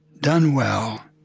done well,